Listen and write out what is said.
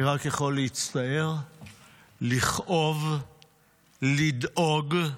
אני רק יכול להצטער, לכאוב, לדאוג.